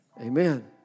Amen